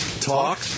talk